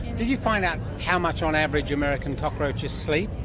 did you find out how much on average american cockroaches sleep?